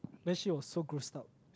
then she was so grossed out